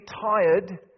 tired